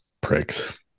pricks